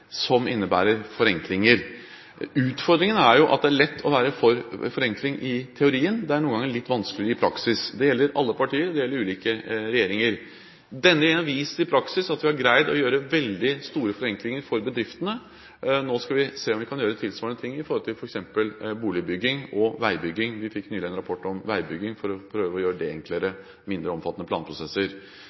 som innebærer forenklinger. Utfordringen er jo at det er lett å være for forenkling i teorien. Det er noen ganger litt vanskeligere i praksis. Det gjelder alle partier, det gjelder ulike regjeringer. Denne regjeringen har vist i praksis at vi har greid å gjøre veldig store forenklinger for bedriftene. Nå skal vi se om vi kan gjøre tilsvarende ting i forhold til f.eks. boligbygging og veibygging. Vi fikk nylig en rapport om veibygging for å prøve å gjøre det enklere, med mindre omfattende planprosesser.